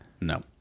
no